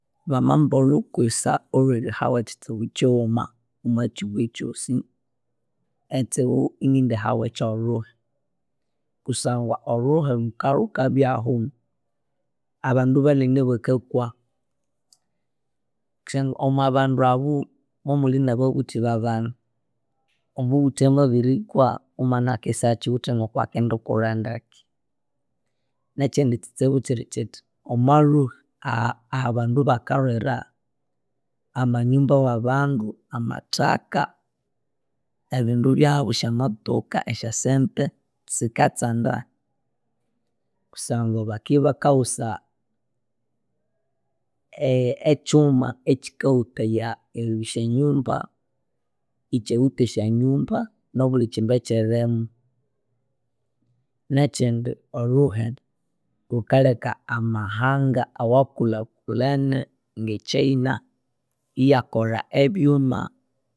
Bamamba olhukusa olwerihahu ekyitsibu kyiwuma omwakyihughu kyosi, ekyitsibu iningindyiha he kyolhuhi. Kusangwa olhuhi lhukalhuka byahu abandu banene bakakwa. Kusangwa omwa bandu abo mwamulhi nababuthi babana. Omubuthi amabirikwa, omwana akisakyiwithe kwakikulha ndeke. Nekyindi kyitsibu kyiri kyithi omwa lhuhi aha abandu bakalwira amanyumba wabandu, amathaka, ebindu byabu esya motoka, esyasente sikatsanda kusangwa bakibakawusa e- ekyuma ekyikahutaya esyanyumba, ikwahutya esyanyumba nobuli kyindu ekyirimu. Nekyindi olhuhe lhukaleka amahanga awakulhakulhene nge Chaina iyakolha ebyuma